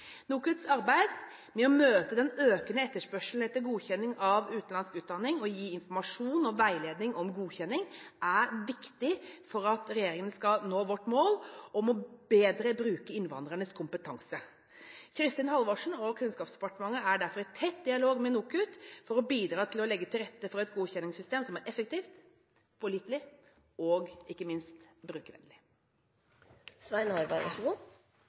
NOKUTs arbeid med å møte den økende etterspørselen etter godkjenning av utenlandsk utdanning og å gi informasjon og veiledning om godkjenning er viktig for at regjeringen skal nå sitt mål om bedre bruk av innvandrernes kompetanse. Kristin Halvorsen og Kunnskapsdepartementet er derfor i tett dialog med NOKUT for å bidra til å legge til rette for et godkjenningssystem som er effektivt, pålitelig og ikke minst